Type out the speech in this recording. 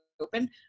open